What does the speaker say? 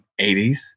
80s